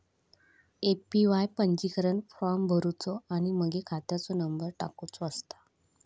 APY पंजीकरण form भरुचो आणि मगे खात्याचो नंबर टाकुचो असता